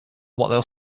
what